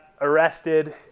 arrested